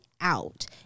out